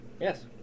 yes